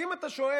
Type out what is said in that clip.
כי אם אתה שואל